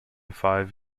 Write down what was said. five